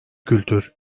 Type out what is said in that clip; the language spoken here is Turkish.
kültür